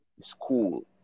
school